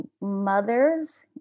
mother's